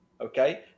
okay